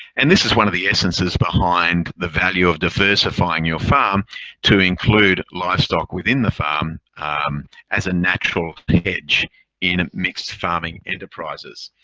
and this is one of the essences behind the value of diversifying your farm to include livestock within the farm as a natural edge in mixed farming enterprises.